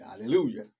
hallelujah